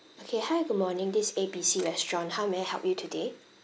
okay hi good morning this is A B C restaurant how may I help you today